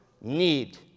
need